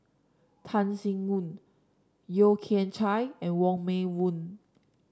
Tan Sin Aun Yeo Kian Chye and Wong Meng Voon